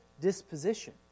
disposition